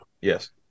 Yes